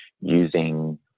using